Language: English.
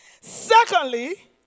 Secondly